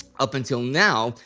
up until now,